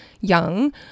young